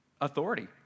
authority